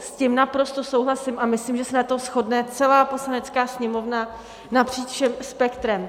S tím naprosto souhlasím a myslím, že se na tom shodne celá Poslanecká sněmovna napříč spektrem.